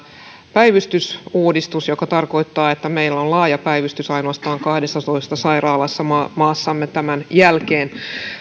päivystysuudistus joka tarkoittaa että meillä on laaja päivystys ainoastaan kahdessatoista sairaalassa maassamme tämän jälkeen